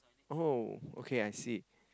oh okay I see